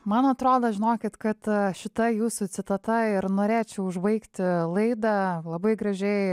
man atrodo žinokit kad šita jūsų citata ir norėčiau užbaigti laidą labai gražiai